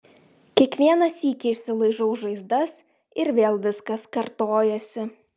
kiekvieną sykį išsilaižau žaizdas ir vėl viskas kartojasi